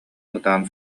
ытаан